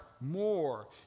more